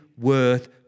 worth